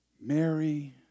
Mary